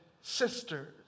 sisters